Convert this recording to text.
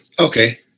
Okay